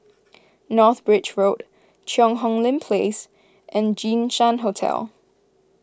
North Bridge Road Cheang Hong Lim Place and Jinshan Hotel